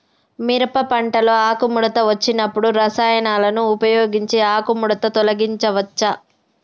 మిరప పంటలో ఆకుముడత వచ్చినప్పుడు రసాయనాలను ఉపయోగించి ఆకుముడత తొలగించచ్చా?